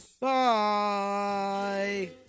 Bye